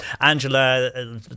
Angela